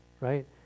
right